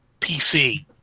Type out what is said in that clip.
PC